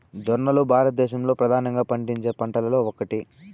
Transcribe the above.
జొన్నలు భారతదేశంలో ప్రధానంగా పండించే పంటలలో ఒకటి